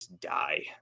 die